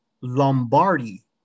Lombardi